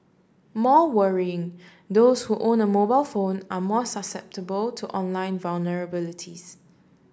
more worrying those who own a mobile phone are more susceptible to online vulnerabilities